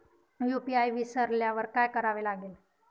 UPI विसरल्यावर काय करावे लागेल?